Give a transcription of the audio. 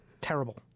terrible